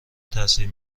تاثیر